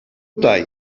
tutaj